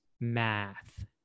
math